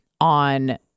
on